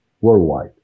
worldwide